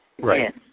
Right